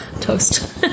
toast